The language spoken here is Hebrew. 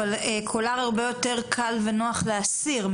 אבל קולר הרבה יותר קל ונוח להסיר,